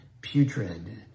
putrid